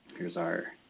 here's our